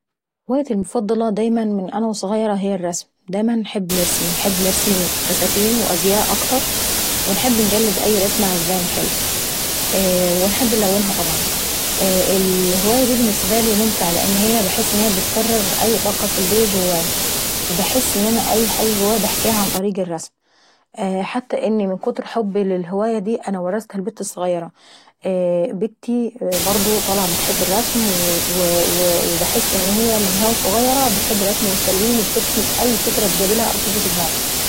هوايتي المفضلة دايما من وانا وظغيرة هي الرسم. دايما انحب نرسم انحب نرسم الفستاين والازياء اكتر. وانحب انقلد أي رسمة حلوة. وانحب انلونها طبعا. الهواية داي بالنسبة لي ممتعة لاني هي باحس ان هي بتفرغ أي طاقة سلبية جوايي. وباحس ان أي حاجة وايي باحكيها عن طريق الرسم. حتى ان من كتر حبي للهواية انا ورثتها لبتي الظغيرة. اييه بتي طالعة برضو بتحب الرسم، و باحس ان من هي وظغيرة عتحب الرسم والتلوين وبترسم اي فكرة بتيجي في ضماغها.